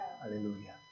Hallelujah